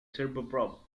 turboprop